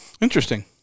Interesting